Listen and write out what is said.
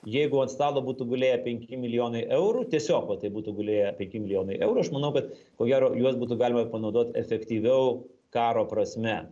jeigu ant stalo būtų gulėję penki milijonai eurų tiesiog va taip būtų gulėję penki milijonai eurų aš manau kad ko gero juos būtų galima panaudot efektyviau karo prasme